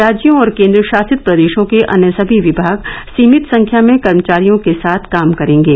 राज्यों और केंद्र शासित प्रदेशों के अन्य सभी विभाग सीमित संख्या में कर्मचारियों के साथ काम करेंगे